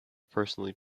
personally